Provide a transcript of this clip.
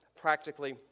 practically